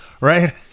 right